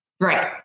Right